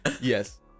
yes